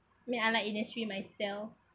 me I like Innisfree myself